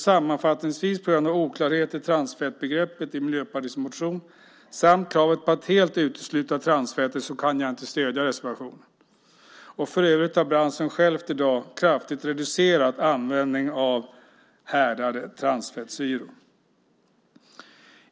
Sammanfattningsvis kan jag på grund av oklarhet i transfettbegreppet i Miljöpartiets motion, samt kravet på att helt utesluta transfetter, inte stödja reservationen. För övrigt har branschen själv i dag kraftigt reducerat användningen av härdade transfettsyror.